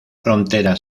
frontera